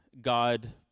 God